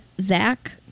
Zach